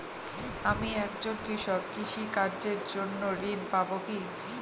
আমি একজন কৃষক কৃষি কার্যের জন্য ঋণ পাব কি?